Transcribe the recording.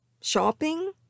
shopping